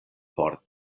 por